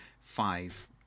five